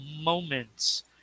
moments